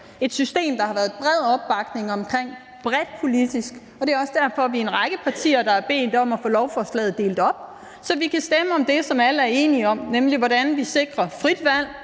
et system, der har været bred politisk opbakning til. Det er også derfor, at vi er en række partier, der har bedt om at få lovforslaget delt op, så vi kan stemme om det, som alle er enige om, nemlig hvordan vi sikrer frit valg